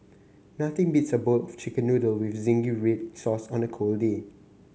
nothing beats a bowl of chicken noodle with zingy red sauce on a cold day